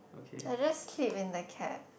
I just sleep in the cab